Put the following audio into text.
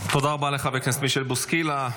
תודה רבה לחבר הכנסת מישל בוסקילה.